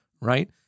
right